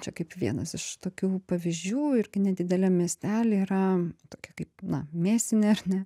čia kaip vienas iš tokių pavyzdžių irgi nedideliam miestely yra tokia kaip na mėsinė ar ne